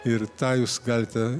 ir tą jūs galite